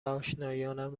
آشنایانم